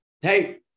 hey